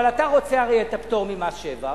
אבל אתה רוצה, הרי, את הפטור ממס שבח.